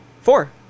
Four